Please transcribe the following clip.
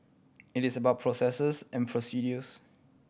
it is about processes and procedures